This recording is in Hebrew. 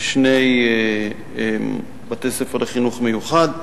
נדרשתי לסיפור המג"ד מנעלין,